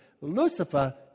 Lucifer